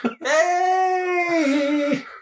Hey